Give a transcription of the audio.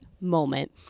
moment